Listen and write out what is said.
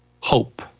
Hope